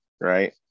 right